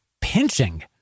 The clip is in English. pinching